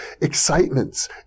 excitements